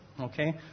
Okay